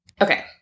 Okay